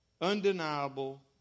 undeniable